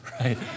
right